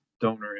donor